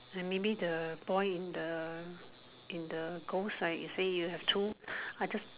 then maybe the boy in the in the girl side you say you have two I just